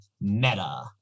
Meta